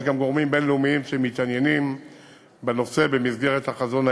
יש גם גורמים בין-לאומיים שמתעניינים בנושא במסגרת החזון האזורי.